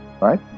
right